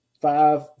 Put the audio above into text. five